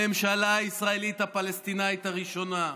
הממשלה הישראלית-פלסטינית הראשונה.